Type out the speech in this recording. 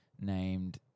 named